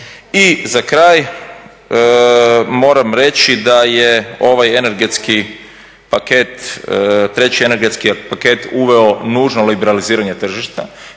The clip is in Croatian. I za kraj moram reći da je ovaj energetski paket, treći energetski paket uveo nužno liberaliziranje tržišta.